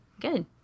good